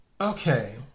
Okay